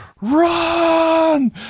run